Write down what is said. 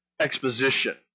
exposition